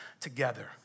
together